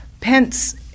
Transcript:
Pence